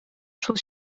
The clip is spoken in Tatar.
шул